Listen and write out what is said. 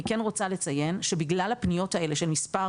אני כן רוצה לציין שבגלל הפניות האלה של מספר